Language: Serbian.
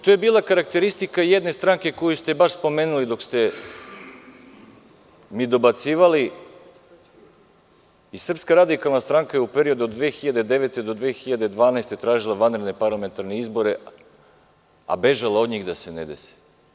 To je bila karakteristika jedne stranke koju ste spomenuli dok ste mi dobacivali, i SRS je u periodu od 2009. do 2012. godine tražila vanredne parlamentarne izbore, a bežala od njih da se ne dese.